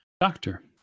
doctor